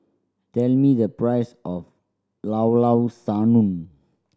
tell me the price of Llao Llao Sanum